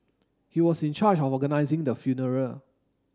he was in charge of organising the funeral